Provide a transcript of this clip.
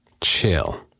Chill